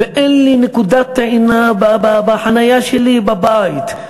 ואין לי נקודת טעינה בחניה שלי, בבית.